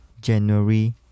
january